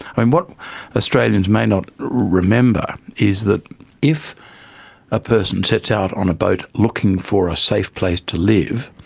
and what australians may not remember is that if a person sets out on a boat looking for a safe place to live,